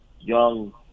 young